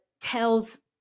tells